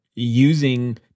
using